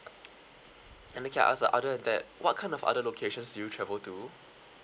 and okay also other than that what kind of other locations do you travel to